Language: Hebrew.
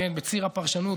בציר הפרשנות,